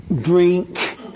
drink